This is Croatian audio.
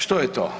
Što je to?